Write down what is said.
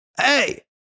Hey